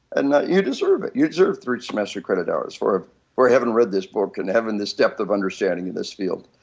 and that you deserve it. you deserve three semester credit hours for having read this book and having this depth of understanding in this field.